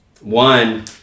One